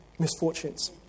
misfortunes